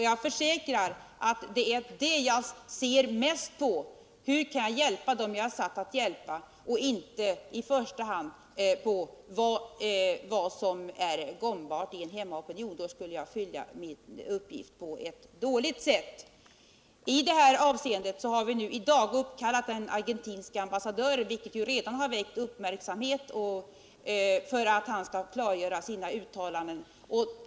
Jag försäkrar att vad jag främst ser till är hur jag kan hjälpa dem jag är satt att hjälpa, inte till vad som är gångbart hos en hemmaopinion;: då skulle jag sköta min uppgift på ett dåligt sätt. Vi har i dag uppkallat den argentinska ambassadören, vilket redan väckt uppmärksamhet, för att han skall klargöra sina uttalanden.